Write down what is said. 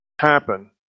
happen